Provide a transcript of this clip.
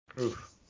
Oof